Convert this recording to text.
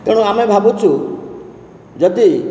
ତେଣୁ ଆମେ ଭାବୁଛୁ ଯଦି